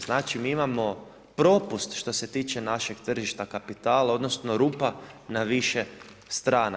Znači mi imamo propust što se tiče našeg tržišta kapitala odnosno rupa na više strana.